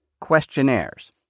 questionnaires